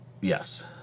Yes